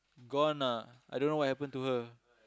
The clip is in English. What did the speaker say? gone ah I don't know what happen to her